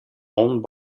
owned